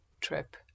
trip